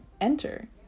enter